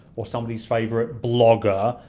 or somebody's favorite blogger,